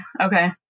okay